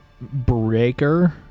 Breaker